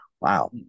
Wow